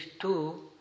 two